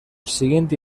siguiente